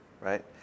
right